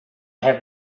have